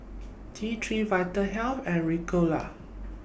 T three Vitahealth and Ricola